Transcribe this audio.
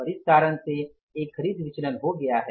और इसी कारण से एक खरीद विचलन हो गया है